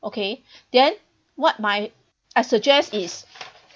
okay then what my I suggest is